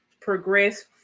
progress